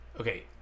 Okay